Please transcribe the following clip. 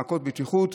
מעקות בטיחות.